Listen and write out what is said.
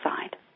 side